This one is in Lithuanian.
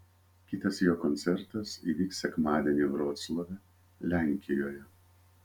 kitas jo koncertas įvyks sekmadienį vroclave lenkijoje